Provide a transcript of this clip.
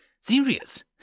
Serious